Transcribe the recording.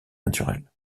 naturelle